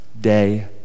day